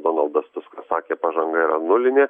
donaldas tuskas sakė pažanga yra nulinė